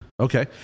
Okay